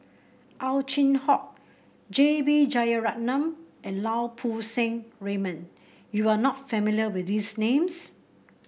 Ow Chin Hock J B Jeyaretnam and Lau Poo Seng Raymond you are not familiar with these names